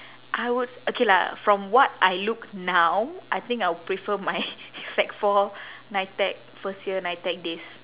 I would okay lah from what I look now I think I would prefer my sec four nitec first year nitec days